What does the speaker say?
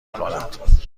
کند